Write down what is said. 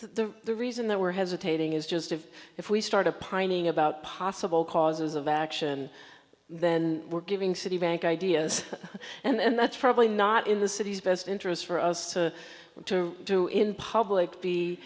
the reason that we're hesitating is just if if we start a pining about possible causes of action then we're giving citibank ideas and that's probably not in the city's best interest for us to do in public be